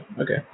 Okay